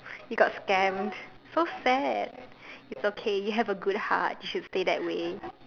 you got scammed so sad it's okay you have a good heart you should stay that way